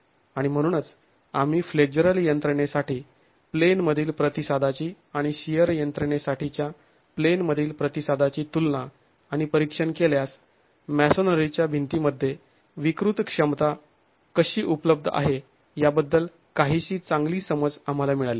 आणि म्हणूनच आम्ही फ्लेक्झरल यंत्रणेसाठी प्लेनमधील प्रतिसादाची आणि शिअर यंत्रणेसाठीच्या प्लेनमधील प्रतिसादाची तुलना आणि परीक्षण केल्यास मॅसोनरीच्या भिंतीमध्ये विकृत क्षमता कशी उपलब्ध आहे याबद्दल काहीशी चांगली समज आम्हाला मिळाली